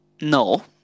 No